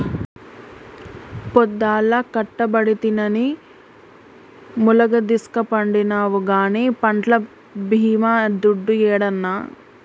పొద్దల్లా కట్టబడితినని ములగదీస్కపండినావు గానీ పంట్ల బీమా దుడ్డు యేడన్నా